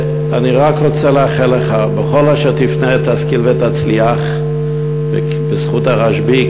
אני רק רוצה לאחל לך: בכל אשר תפנה תשכיל ותצליח בזכות הרשב"י,